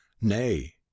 nay